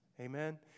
Amen